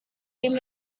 came